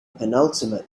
penultimate